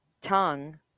tongue